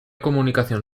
comunicación